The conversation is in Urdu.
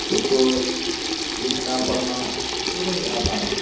اس کو لکھنا پڑھنا دونوں ہی آسان ہے